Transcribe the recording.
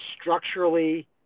structurally